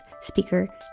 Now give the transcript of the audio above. speaker